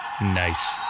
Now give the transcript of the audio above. Nice